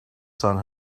sun